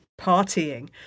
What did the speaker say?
partying